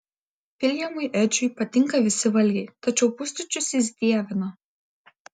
viljamui edžiui patinka visi valgiai tačiau pusryčius jis dievina